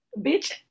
bitch